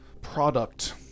product